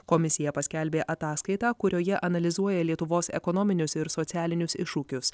komisija paskelbė ataskaitą kurioje analizuoja lietuvos ekonominius ir socialinius iššūkius